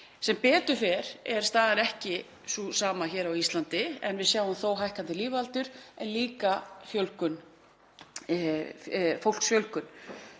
Sem betur fer er staðan ekki sú sama hér á Íslandi. Við sjáum þó hækkandi lífaldur en líka fólksfjölgun.